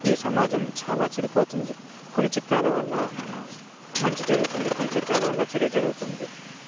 ఈ సమాజం చాలా చెడిపోతుంది కొన్ని చిత్రాల వల్ల మంచి జరుగుతుంది కొన్ని చిత్రాల వల్ల చెడు జరుగుతుంది